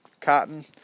cotton